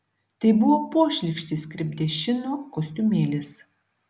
tai buvo pošlykštis krepdešino kostiumėlis